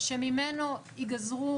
שממנו יגזרו